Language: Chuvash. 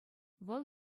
вӑл